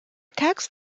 tax